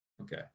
Okay